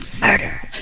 Murder